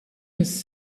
his